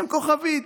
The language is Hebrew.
עם כוכבית.